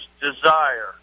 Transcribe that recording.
desire